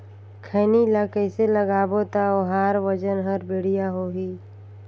खैनी ला कइसे लगाबो ता ओहार वजन हर बेडिया होही?